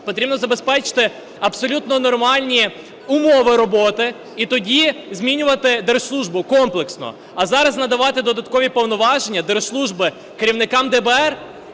потрібно забезпечити абсолютно нормальні умови роботи і тоді змінювати держслужбу комплексно. А зараз надавати додаткові повноваження держслужби керівникам ДБР,